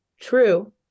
true